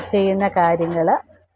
ചെയ്യുന്ന കാര്യങ്ങൾ